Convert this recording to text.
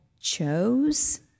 chose